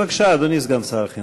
בבקשה, אדוני סגן שר החינוך.